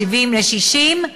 ל-70%, ל-60%,